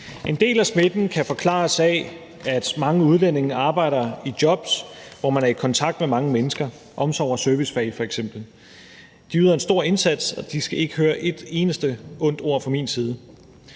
En del af smitten kan forklares ved, at mange udlændinge arbejder i jobs, hvor man er i kontakt med mange mennesker, f.eks. i omsorgs- og servicefag. De yder en stor indsats, og de skal ikke høre et eneste ondt ord fra min side.